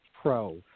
Pro